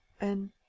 And